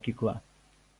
mokykla